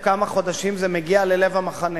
בתוך כמה חודשים זה מגיע ללב המחנה.